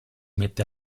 mette